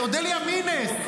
אודליה מינס,